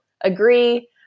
Agree